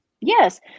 Yes